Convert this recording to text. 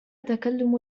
تكلم